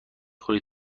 خوری